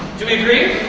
do we agree?